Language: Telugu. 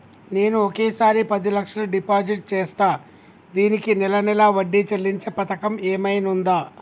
నేను ఒకేసారి పది లక్షలు డిపాజిట్ చేస్తా దీనికి నెల నెల వడ్డీ చెల్లించే పథకం ఏమైనుందా?